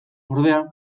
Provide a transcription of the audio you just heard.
ordea